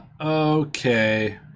Okay